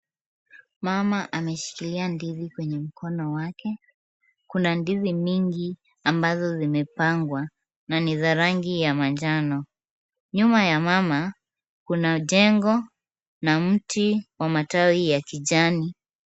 Mama ameshikilia ndizi kwenye mkono wake. Kuna ndizi mingi ambazo zimepangwa na ni za rangi ya manjano. Nyuma ya mama kuna jengo na mti wa matawi ya kijani.